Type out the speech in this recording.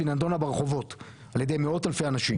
והיא נדונה ברחובות על ידי מאות אלפי אנשים,